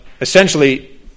essentially